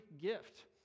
gift